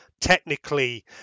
technically